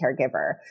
caregiver